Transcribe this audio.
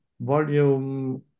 volume